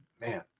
man